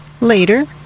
later